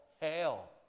hell